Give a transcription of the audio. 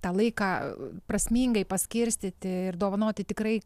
tą laiką prasmingai paskirstyti ir dovanoti tikrai